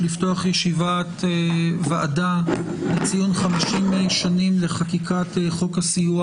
לפתוח ישיבת ועדה לציון 50 שנים לחקיקת חוק הסיוע